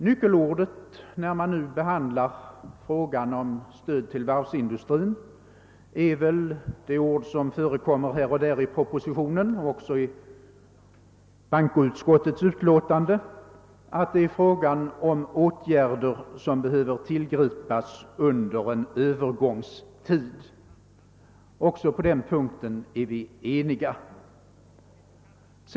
Nyckelordet, när vi nu behandlar frågan om stöd till varvsindustrin, är väl det som förekommer här och där i propositionen och också i bankoutskottets utlåtande, att det är fråga om åtgärder som behöver tillgripas under en övergångstid. Också på den punkten är vi eniga.